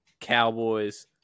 Cowboys